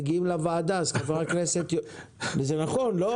כשמגיעים לוועדה -- זה נכון, לא?